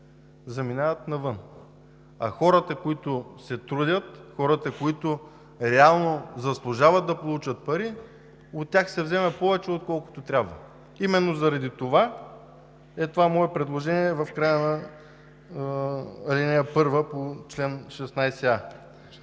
заминават навън, а хората, които се трудят, хората, които реално заслужават да получат пари, от тях се взема повече, отколкото трябва. Именно заради това е моето предложение за края на ал. 1 по чл. 16а.